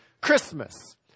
Christmas